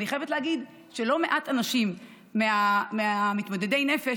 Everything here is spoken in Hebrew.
ואני חייבת להגיד שלא מעט אנשים ממתמודדי הנפש,